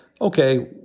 okay